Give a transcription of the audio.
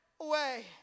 away